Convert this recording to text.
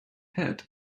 hat